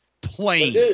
plain